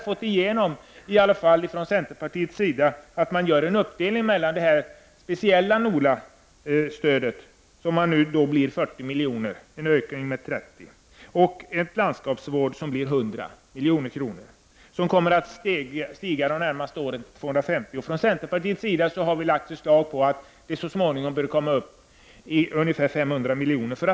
Vi i centerpartiet har fått igenom våra krav på att det sker en uppdelning mellan det speciella NOLA-stödet, som nu blir 40 miljoner, en ökning med 30 miljoner, och ett landskapsvårdsstöd, som nu blir 100 miljoner och som under de närmaste åren kommer att stiga till 250 miljoner. Från centerpartiet har vi lagt fram förslag om att det så småningom bör komma upp i ungefär 500 miljoner.